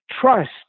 Trust